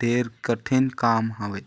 ढेरे कठिन काम हवे